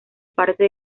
parte